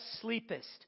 sleepest